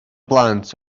blant